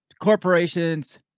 corporations